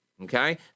okay